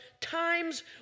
times